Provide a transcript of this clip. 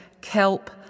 kelp